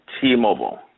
T-Mobile